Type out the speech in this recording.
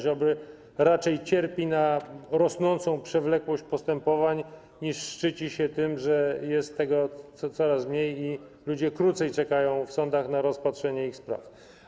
Ziobry raczej cierpi na rosnącą przewlekłość postępowań, niż szczyci się tym, że jest tego coraz mniej i ludzie krócej czekają w sądach na rozpatrzenie ich spraw.